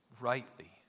rightly